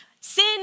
Sin